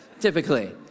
Typically